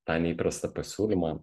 tą neįprastą pasiūlymą